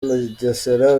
bugesera